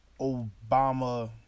Obama